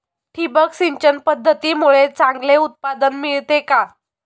ठिबक सिंचन पद्धतीमुळे चांगले उत्पादन मिळते का?